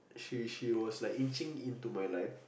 she was she was like inching into my life